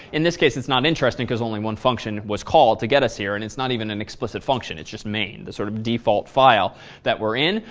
in this case is not interesting because only one function was called to get us here and it's even an explicit function, it's just main, the sort of default file that we're in,